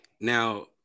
Now